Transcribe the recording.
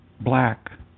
black